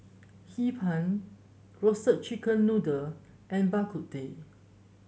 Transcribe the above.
Hee Pan Roasted Chicken Noodle and Bak Kut Teh